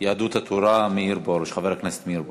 יהדות התורה, חבר הכנסת מאיר פרוש.